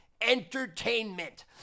entertainment